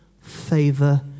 favor